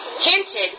Hinted